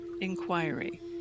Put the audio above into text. inquiry